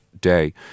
day